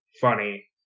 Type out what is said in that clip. funny